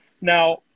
Now